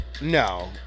No